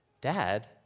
Dad